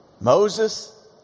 Moses